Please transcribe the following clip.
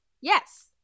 Yes